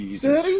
Jesus